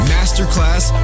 Masterclass